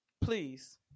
please